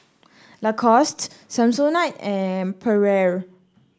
Lacoste Samsonite and Perrier